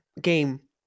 game